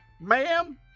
ma'am